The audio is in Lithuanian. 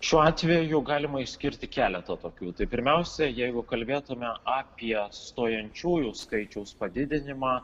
šiuo atveju galima išskirti keletą tokių tai pirmiausia jeigu kalbėtume apie stojančiųjų skaičiaus padidinimą